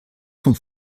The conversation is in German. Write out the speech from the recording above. vom